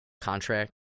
contract